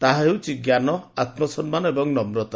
ତାହା ହେଉଛି ଜ୍ଞାନ ଆତ୍ମସମ୍ମାନ ଏବଂ ନମ୍ରତା